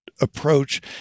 approach